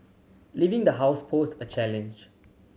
leaving the house posed a challenge